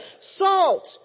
Salt